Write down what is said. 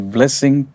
Blessing